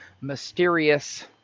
mysterious